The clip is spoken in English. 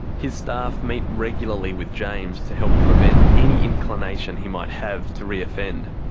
his staff meet regularly with james to help prevent any inclination he might have to reoffend.